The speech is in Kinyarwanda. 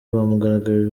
bamugaragarije